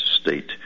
state